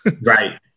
right